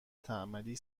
تعمدی